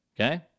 okay